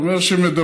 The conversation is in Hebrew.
זה אומר שמדברים,